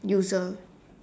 user